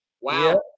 Wow